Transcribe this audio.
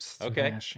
Okay